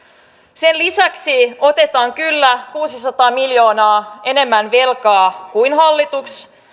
sen lisäksi otetaan kyllä kuusisataa miljoonaa enemmän velkaa kuin hallitus